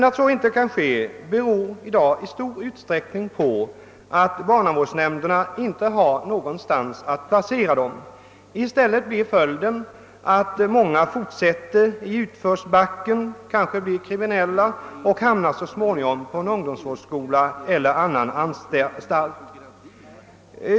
Att så inte kan ske i dag beror i stor utsträckning på att barnavårdsnämnderna inte har någonstans att placera ungdomarna. I stället blir följden att många fortsätter i utförsbacken. De blir kanske kriminella och hamnar så småningom på ungdomsvårdsskola eller annan anstalt.